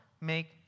make